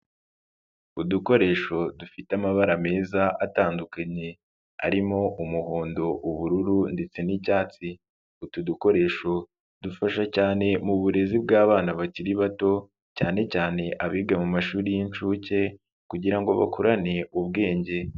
Udukoresho dufite amabara meza atandukanye, arimo umuhondo, ubururu ndetse n'icyatsi, utu dukoresho dufasha cyane mu burezi bw'abana bakiri bato, cyane cyane abiga mu mashuri y'inshuke kugira ngo bakurane ubwenge.